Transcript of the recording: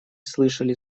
слышали